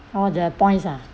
oh the points ah